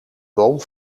boom